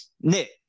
Nick